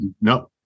no